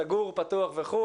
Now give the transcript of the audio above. סגור, פתוח וכו'.